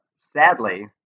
sadly